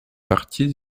partie